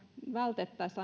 vältettäisiin